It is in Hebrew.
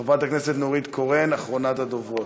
חברת הכנסת נורית קורן, אחרונת הדוברות.